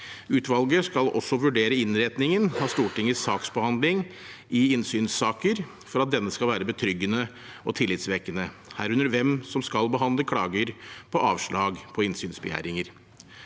Utvalget skal også vurdere innretningen av Stortingets saksbehandling i innsynssaker for at denne skal være betryggende og tillitvekkende, herunder hvem som skal behandle klager på avslag på innsynsbegjæringer